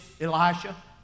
Elisha